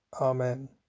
Amen